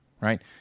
Right